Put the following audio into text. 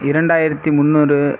இரண்டாயிரத்து முன்னூறு